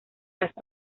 las